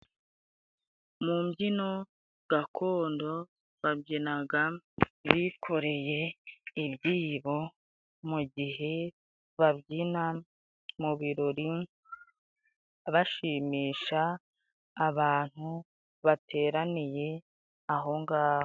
Mu mbyino gakondo babyinaga bikoreye ibyibo, mu gihe babyina mu birori bashimisha abantu bateraniye aho ngaho.